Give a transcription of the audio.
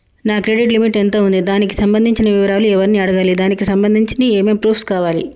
నా credit limit ఎంత ఉంది? దానికి సంబంధించిన వివరాలు ఎవరిని అడగాలి? దానికి సంబంధించిన ఏమేం ప్రూఫ్స్ కావాలి?